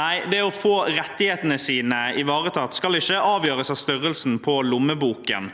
Nei, det å få rettighetene sine ivaretatt skal ikke avgjøres av størrelsen på lommeboken.